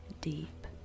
deep